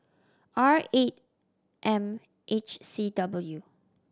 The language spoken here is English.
R eight M H C W